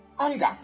Anger